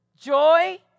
Joy